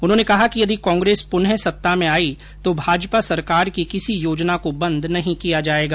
उन्होंने कहा कि यदि कांग्रेस पुनः सत्ता में आई तो भाजपा सरकार की किसीयोजना को बंद नहीं किया जाएगा